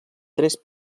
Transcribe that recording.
tres